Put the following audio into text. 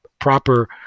proper